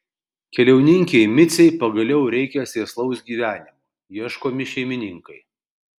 keliauninkei micei pagaliau reikia sėslaus gyvenimo ieškomi šeimininkai